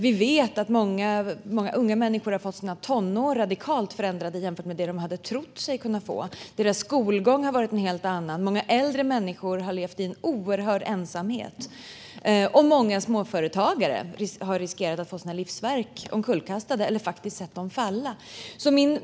Vi vet att många unga människor har fått sina tonår radikalt förändrade jämfört med hur de hade trott att de skulle vara. Deras skolgång har varit en helt annan. Många äldre människor har levt i en oerhörd ensamhet, och många småföretagare har riskerat att få sina livsverk omkullkastade eller faktiskt sett dem falla.